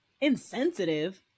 Insensitive